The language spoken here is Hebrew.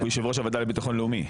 הוא יושב ראש הוועדה לביטחון לאומי.